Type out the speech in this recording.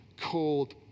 called